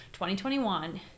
2021